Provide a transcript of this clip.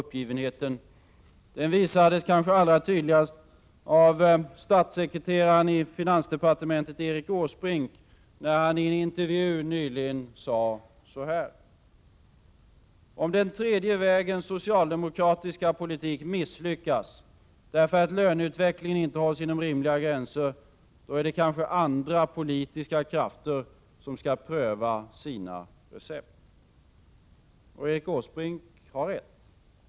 Uppgivenheten visades allra tydligast av statssekreteraren i finansdepartementet Erik Åsbrink när han i en intervju nyligen sade så här: ”Om den tredje vägens socialdemokratiska politik misslyckas därför att löneutvecklingen inte hålls inom rimliga gränser, då är det kanske andra politiska krafter som skall pröva sina recept.” Erik Åsbrink har rätt.